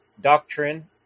doctrine